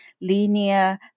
linear